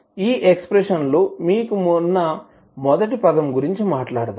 ఈ ఎక్స్ప్రెషన్ లో మీకు ఉన్న మొదటి పదం గురించి మాట్లాడుదాం